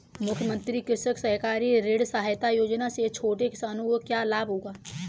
मुख्यमंत्री कृषक सहकारी ऋण सहायता योजना से छोटे किसानों को क्या लाभ होगा?